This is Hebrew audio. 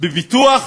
בפיתוח